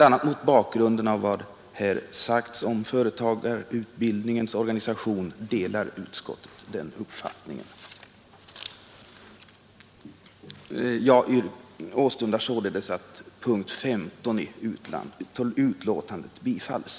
a. mot bakgrunden av vad här sagts om företagarutbildningens organisation delar utskottet den uppfattningen. Jag åstundar således att punkten 15 i utskottets hemställan bifalles.